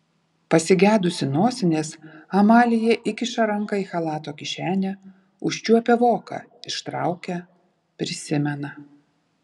pasigedusi nosinės amalija įkiša ranką į chalato kišenę užčiuopia voką ištraukia prisimena